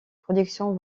productions